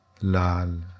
lal